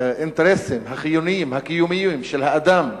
האינטרסים החיוניים הקיומיים של האדם,